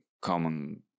common